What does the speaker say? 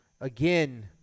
Again